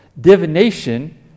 Divination